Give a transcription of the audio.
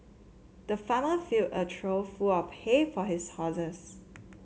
the farmer filled a trough full of hay for his horses